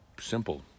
simple